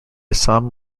assam